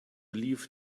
leave